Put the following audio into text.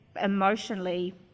emotionally